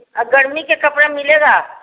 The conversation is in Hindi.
अब गर्मी के कपड़ा मिलेगा